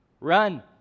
Run